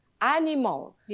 animal